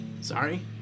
Sorry